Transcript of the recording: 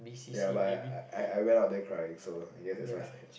ya but I I I went up there crying so I guess that's my sad